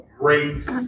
race